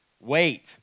Wait